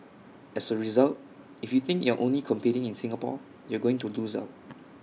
as A result if you think you're only competing in Singapore you're going to lose out